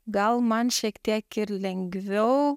gal man šiek tiek ir lengviau